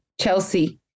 Chelsea